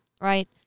right